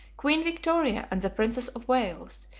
queen victoria, and the princess of wales,